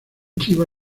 chiva